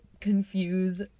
confuse